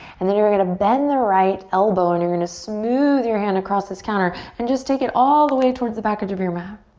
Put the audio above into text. and then you're gonna bend the right elbow and you're gonna smooth your hand across this counter and just take it all the way towards the back edge of your mat.